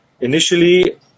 Initially